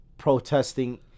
Protesting